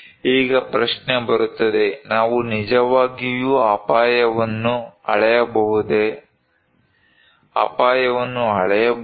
ಈಗ ಪ್ರಶ್ನೆ ಬರುತ್ತದೆ ನಾವು ನಿಜವಾಗಿಯೂ ಅಪಾಯವನ್ನು ಅಳೆಯಬಹುದೇ ಅಪಾಯವನ್ನು ಅಳೆಯಬಹುದೇ